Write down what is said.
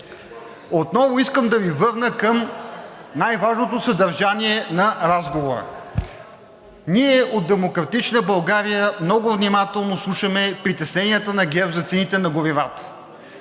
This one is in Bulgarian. отново искам да Ви върна към най-важното съдържание на разговора. Ние от „Демократична България“ много внимателно слушаме притесненията на ГЕРБ за цените на горивата.